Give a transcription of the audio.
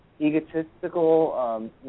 egotistical